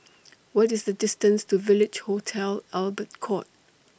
What IS The distance to Village Hotel Albert Court